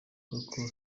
koko